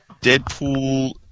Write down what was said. Deadpool